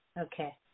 Okay